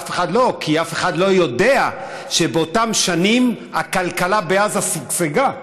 אף אחד לא יודע שבאותן שנים הכלכלה בעזה שגשגה,